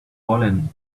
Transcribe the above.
fallen